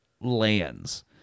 lands